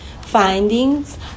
findings